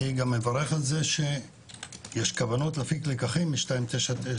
אני גם מברך על כך שיש כוונות להפיק לקחים מ-922.